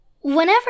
whenever